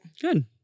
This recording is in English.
good